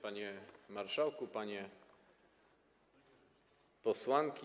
Panie Marszałku! Panie Posłanki!